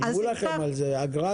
שילמו לכם על כך באגרה.